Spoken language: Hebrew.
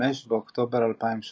5 באוקטובר 2017